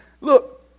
Look